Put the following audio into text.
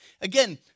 Again